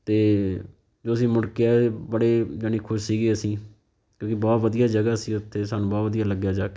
ਅਤੇ ਜਦੋਂ ਅਸੀਂ ਮੁੜ ਕੇ ਆਏ ਬੜੇ ਜਾਣੀ ਖੁਸ਼ ਸੀਗੇ ਅਸੀਂ ਕਿਉਂਕਿ ਬਹੁਤ ਵਧੀਆ ਜਗ੍ਹਾ ਸੀ ਉੱਥੇ ਸਾਨੂੰ ਬਹੁਤ ਵਧੀਆ ਲੱਗਿਆ ਜਾ ਕੇ